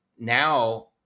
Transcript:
Now